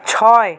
ছয়